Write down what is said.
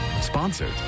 sponsored